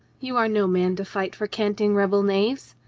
you are no man to fight for canting rebel knaves,